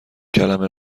کلمه